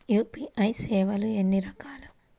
UPI సేవలు ఎన్నిరకాలు?